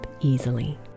easily